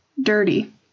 dirty